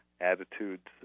attitudes